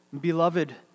Beloved